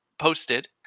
posted